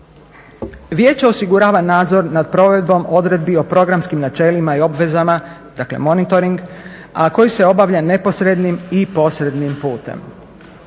Vijeće osigurava nadzor nad provedbom odredbi o programskim načelima i obvezama, dakle monitoring a koji se obavlja neposrednim i posrednim putem.